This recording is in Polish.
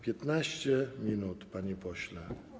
15 minut, panie pośle.